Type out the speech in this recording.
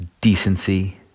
decency